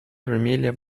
vermelha